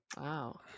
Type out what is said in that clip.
Wow